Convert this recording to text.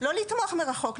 לא לתמוך מרחוק,